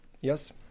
Yes